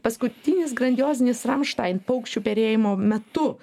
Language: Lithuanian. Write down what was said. paskutinis grandiozinis rammstein paukščių perėjimo metu